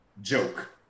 joke